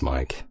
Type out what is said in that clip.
Mike